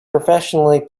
professionally